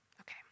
Okay